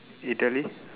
Italy